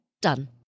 Done